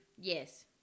Yes